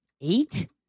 Eight